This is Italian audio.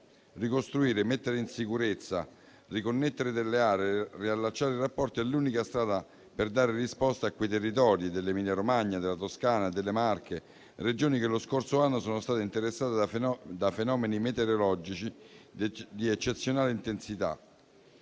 Ricostruire e mettere in sicurezza, riconnettere delle aree e riallacciare i rapporti è l'unica strada per dare risposta a quei territori dell'Emilia-Romagna, della Toscana e delle Marche, Regioni che lo scorso anno sono state interessate da fenomeni meteorologici di eccezionale intensità,